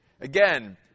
Again